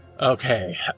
Okay